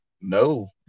No